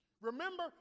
Remember